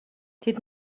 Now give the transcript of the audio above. тэд